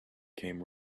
came